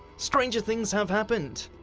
stranger things have happened.